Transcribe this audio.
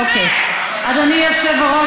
אדוני היושב-ראש,